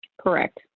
Correct